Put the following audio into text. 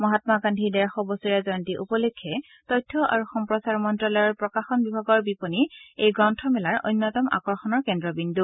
মহামা গান্ধীৰ ডেৰশ বছৰীয়া জয়ন্তী উপলক্ষে তথ্য আৰু সম্প্ৰচাৰ মন্ত্যালয়ৰ প্ৰকাশন বিভাগৰ বিপনী এই গ্ৰন্থমেলাৰ অন্যতম আকৰ্ষনৰ কেন্দ্ৰবিন্দু